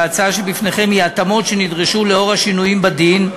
וההצעה שבפניכם היא התאמות שנדרשו לאור השינויים בדין.